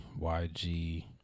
YG